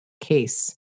case